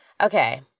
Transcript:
okay